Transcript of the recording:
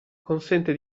consente